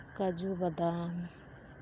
ᱠᱟᱡᱩ ᱵᱟᱫᱟᱢ